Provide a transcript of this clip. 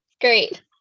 Great